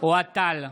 אוהד טל,